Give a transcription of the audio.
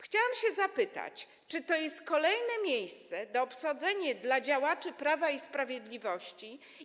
Chciałam zapytać: Czy to jest kolejne miejsce do obsadzenia dla działaczy Prawa i Sprawiedliwości?